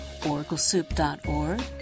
oraclesoup.org